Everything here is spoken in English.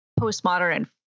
postmodern